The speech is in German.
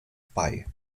bei